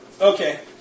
Okay